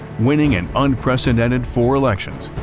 winning an unprecedented four elections,